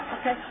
okay